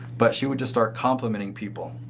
but she would just start complimenting people.